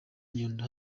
inyundo